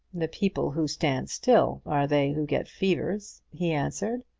the people who stand still are they who get fevers, he answered.